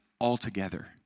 altogether